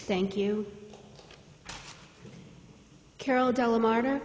thank you carol della mart